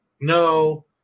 No